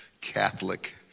Catholic